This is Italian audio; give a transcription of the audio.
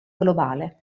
globale